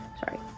Sorry